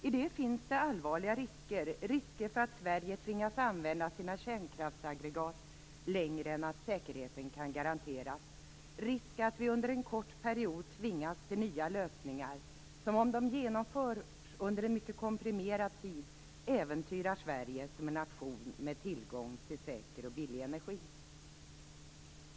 I det finns allvarliga risker; risk för att Sverige tvingas använda sina kärnkraftsaggregat längre än att säkerheten kan garanteras och risk för att vi under en kort period tvingas till nya lösningar, som om de genomförs under en mycket komprimerad tid äventyrar Sverige som en nation med tillgång till säker och billig energi.